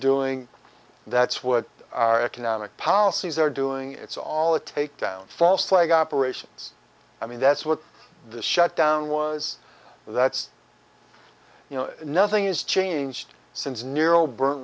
doing that's what our economic policies are doing it's all a take down false flag operations i mean that's what the shutdown was that's you know nothing has changed since nero burn